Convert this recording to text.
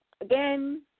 Again